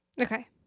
Okay